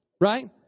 right